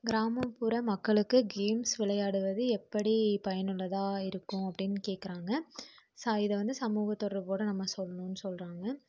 கிராமப்புற மக்களுக்கு கேம்ஸ் விளையாடுவது எப்படி பயனுள்ளதாக இருக்கும் அப்படின்னு கேக்கிறாங்க இதை வந்து சமூகத்தொடர்புன்னு நம்ம சொல்லணும்னு சொல்கிறாங்க